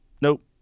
Nope